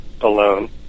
alone